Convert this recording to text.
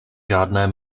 žádné